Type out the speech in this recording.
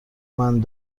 بند